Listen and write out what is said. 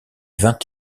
vingt